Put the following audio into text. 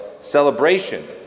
celebration